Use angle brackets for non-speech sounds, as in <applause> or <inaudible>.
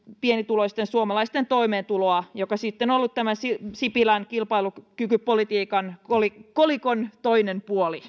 pienituloisten suomalaisten toimeentuloa mikä on ollut sipilän kilpailukykypolitiikan kolikon kolikon toinen puoli <unintelligible>